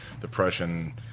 depression